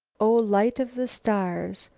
oh! light of the stars,